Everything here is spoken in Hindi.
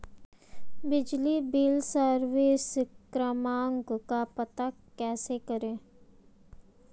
बिजली बिल सर्विस क्रमांक का पता कैसे करें?